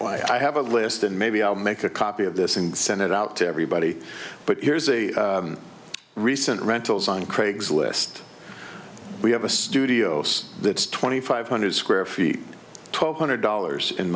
so i have a list and maybe i'll make a copy of this and send it out to everybody but here's a recent rentals on craigslist we have a studio that's twenty five hundred square feet tall hundred dollars in